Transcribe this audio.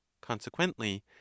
consequently